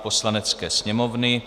Poslanecké sněmovny